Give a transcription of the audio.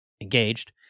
engaged